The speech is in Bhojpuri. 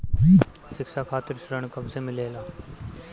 शिक्षा खातिर ऋण कब से मिलेला?